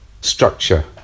structure